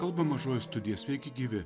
kalba mažoji studija sveiki gyvi